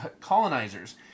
colonizers